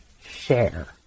share